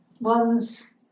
one's